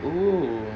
oo